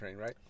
right